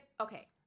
okay